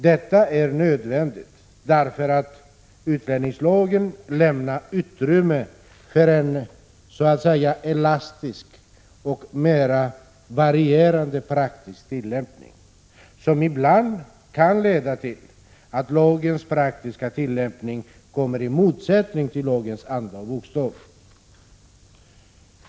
Detta är nödvändigt därför att utlänningslagen lämnar utrymme för en så att säga elastisk och mera varierande praktisk tillämpning, som ibland kan leda till att lagens praktiska tillämpning kommer i motsättning till lagens anda och bokstav.